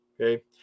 okay